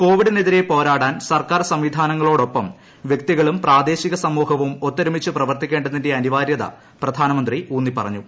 കോവിഡിനെതിരെ പോരാടാൻ സർക്കാർ സംവിധാനങ്ങളോടൊപ്പം വൃക്തികളും പ്രാദേശിക സമൂഹവും ഒത്തൊരുമിച്ച് പ്രവർത്തിക്കേണ്ടതിന്റെ അനിവാര്യത പ്രധാനമന്ത്രി ഊന്നിപ്പറഞ്ഞു